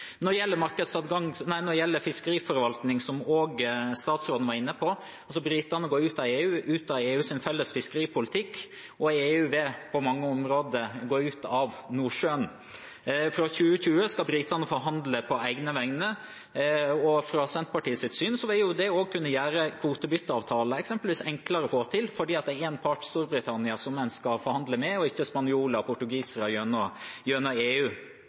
Når det gjelder fiskeriforvaltning, som òg statsråden var inne på, går britene altså ut av EUs felles fiskeripolitikk, og EU vil på mange områder gå ut av Nordsjøen. Fra 2020 skal britene forhandle på egne vegne, og etter Senterpartiets syn vil det òg kunne gjøre eksempelvis kvotebytteavtaler enklere å få til, fordi det er én part, Storbritannia, som en skal forhandle med, og ikke spanjoler og portugisere gjennom EU. En viktig forskjell på det norske regimet og EUs regime er at en i Norge har et utkastforbud, mens en ikke har det i EU.